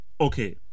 okay